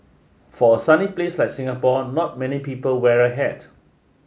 for a sunny place like Singapore not many people wear a hat